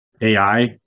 AI